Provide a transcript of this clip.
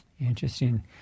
Interesting